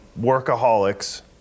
workaholics